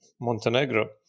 Montenegro